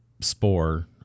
spore